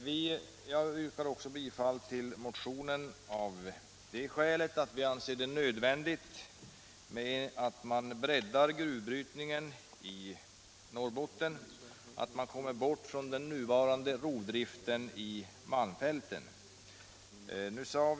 Jag yrkar också bifall till motionen av det skälet att vi anser det nödvändigt att bredda gruvbrytningen i Norrbotten och komma bort från den nuvarande rovdriften i malmfälten.